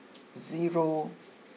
zero